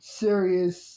serious